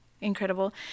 incredible